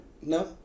No